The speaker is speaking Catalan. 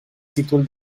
títol